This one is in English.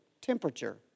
temperature